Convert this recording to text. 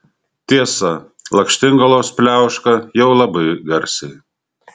tiesa lakštingalos pliauška jau labai garsiai